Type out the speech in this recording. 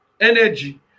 energy